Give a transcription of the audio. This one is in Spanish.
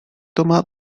toma